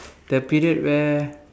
the period where